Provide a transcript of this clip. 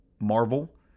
Marvel